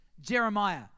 Jeremiah